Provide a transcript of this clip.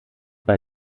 bei